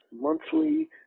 monthly